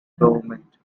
government